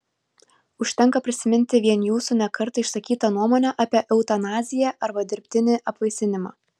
užtenka prisiminti vien jūsų ne kartą išsakytą nuomonę apie eutanaziją arba dirbtinį apvaisinimą